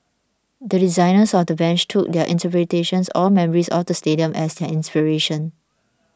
the designers of the bench took their interpretations or memories of the stadium as their inspiration